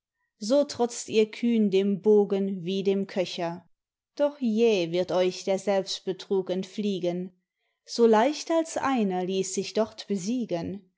so trotzt ihr kühn dem bogen wie dem köcher doch jäh wird euch der selbstbetrug entfliegen so leicht als einer ließ sich dort besiegen